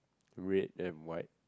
red and white